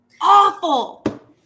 Awful